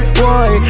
boy